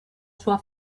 sua